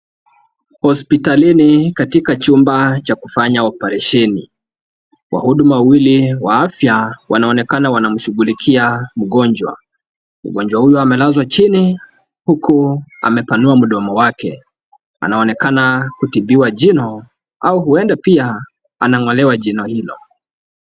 Hospitalini katika chumba cha kufanya oparesheni. Wahudumu wawili wa afya wanaonekana wanamshughulikia mgonjwa. Mgonjwa huyu amelazwa chini huku amepanua mdomo wake. Anaonekana kutibiwa jino au huenda pia anang'olewa jino hilo.